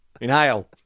Inhale